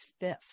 fifth